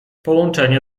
połączenie